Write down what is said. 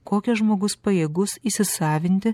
kokią žmogus pajėgus įsisavinti